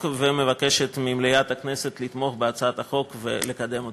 ומבקשת ממליאת הכנסת לתמוך בהצעת החוק ולקדם אותה.